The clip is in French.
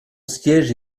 siège